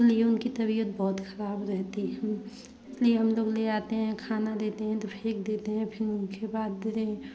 इसलिए उनकी तबियत बहुत खराब रहती है इसलिए हम लोग ले आते हैं खाना देते हैं तो फेंक देते हैं फिर उनके बाद देते हैं